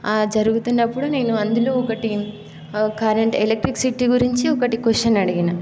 జరుగుతున్నప్పుడు నేను అందులో ఒకటి కరెంట్ ఎలక్ట్రిసిటీ గురించి ఒకటి క్వశ్చన్ అడిగిన